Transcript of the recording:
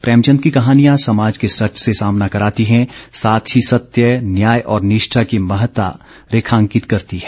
प्रेमचंद की कहानियां समाज के सच से सामना कराती हैं साथ ही सत्य न्याय और निष्ठा की महत्ता रेखांकित करती हैं